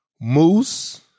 moose